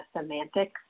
semantics